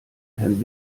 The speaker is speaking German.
herrn